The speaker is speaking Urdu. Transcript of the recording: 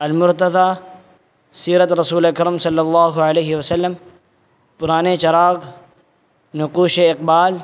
المرتضیٰ سیرت رسول اکرم صلی اللہ علیہ وسلم پرانے چراغ نقوش اقبال